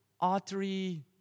artery